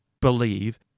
believe